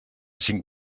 cinc